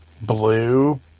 blue